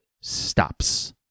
stops